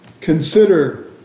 Consider